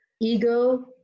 ego